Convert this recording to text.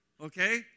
okay